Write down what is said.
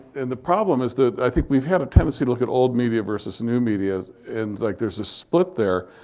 and the problem is that i think we've had a tendency to look at old media versus new media. and like there's a split there,